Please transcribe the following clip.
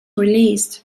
released